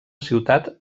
ciutat